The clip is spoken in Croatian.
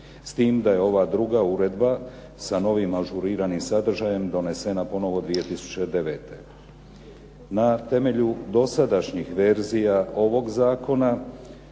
S tim da je ova druga uredba sa novim ažuriranim sadržajem donesena ponovno 2009. Na temelju dosadašnjih verzija ovog zakona